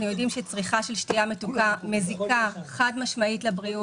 יודעים שצריכה של שתייה מתוקה מזיקה חד-משמעית לבריאות,